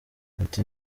muti